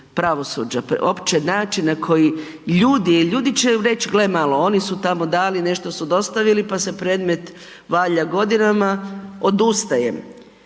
pravosuđa, opće način na koji ljudi, jel ljudi će reć gle malo oni su tamo dali, nešto su dostavili, pa se predmet valja godinama, odustajem.